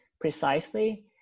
precisely